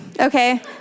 Okay